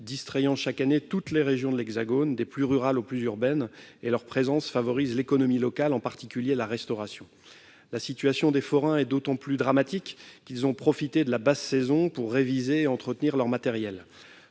distrayant chaque année toutes les régions de l'Hexagone, des plus rurales au plus urbaines. Leur présence favorise l'économie locale, en particulier la restauration. La situation des forains est d'autant plus dramatique qu'ils ont profité de la basse saison pour réviser et entretenir leur matériel.